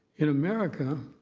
in america,